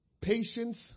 Patience